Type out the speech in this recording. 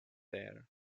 there